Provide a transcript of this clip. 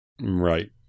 Right